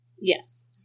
Yes